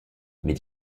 mais